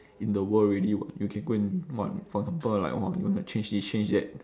in the world already [what] you can go and what for example like !wah! you want to change this change that